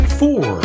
four